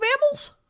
mammals